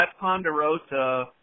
Ponderosa